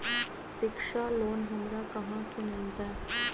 शिक्षा लोन हमरा कहाँ से मिलतै?